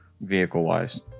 vehicle-wise